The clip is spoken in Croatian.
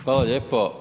Hvala lijepo.